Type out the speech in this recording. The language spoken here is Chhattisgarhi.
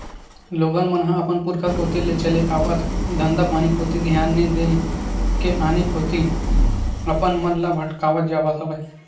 लोगन मन ह अपन पुरुखा कोती ले चले आवत धंधापानी कोती धियान नइ देय के आने आने कोती अपन मन ल भटकावत जावत हवय